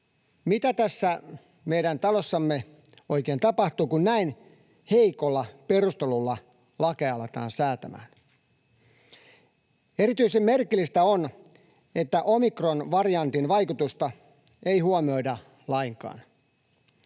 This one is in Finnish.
mitä tässä meidän talossamme oikein tapahtuu, kun näin heikolla perustelulla lakeja aletaan säätämään? Erityisen merkillistä on, että omikronvariantin vaikutusta ei huomioida lainkaan.